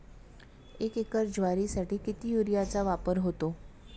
एक एकर ज्वारीसाठी किती युरियाचा वापर होतो?